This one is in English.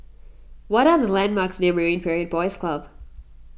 what are the landmarks near Marine Parade Boys Club